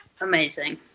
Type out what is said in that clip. Amazing